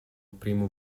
primo